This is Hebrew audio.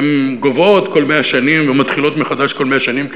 הן גוועות כל 100 שנים ומתחילות מחדש כל 100 שנים,